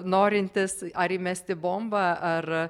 norintis ar įmesti bombą ar